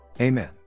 Amen